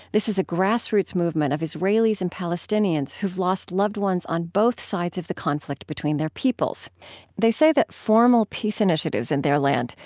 this is a grassroots movement of israelis and palestinians who have lost loved ones on both sides of the conflict between their two peoples they say that formal peace initiatives in their land,